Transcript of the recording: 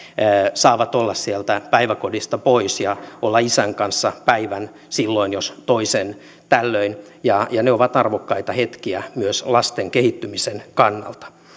saavat olla sieltä päiväkodista pois ja olla isän kanssa päivän silloin jos toisen tällöin ne ovat arvokkaita hetkiä myös lasten kehittymisen kannalta